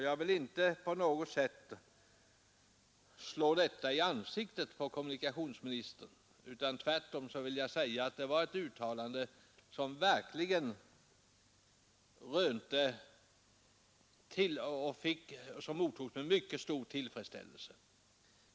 Jag vill inte slå det i ansiktet på kommunikationsministern, utan tvärtom vill jag säga att uttalandet mottogs med stor tillfredsställelse.